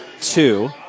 two